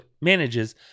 manages